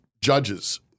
judges